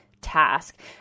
task